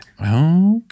Okay